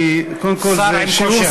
אני, קודם כול, זה, שר עם כושר.